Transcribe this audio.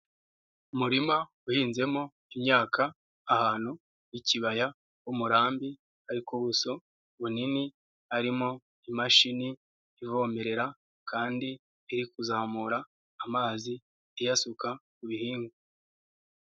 Umurima uhinzemo imyaka ahantu h'ikibaya h'umurambi ari ku buso bunini harimo imashini ivomerera kandi iri kuzamura amazi iyasuka ku bihingwa.